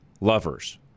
Lovers